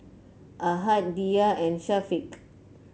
Ahad Dhia and Syafiq